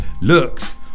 looks